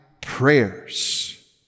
prayers